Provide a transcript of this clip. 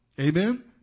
Amen